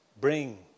bring